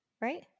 Right